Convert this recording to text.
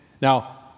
Now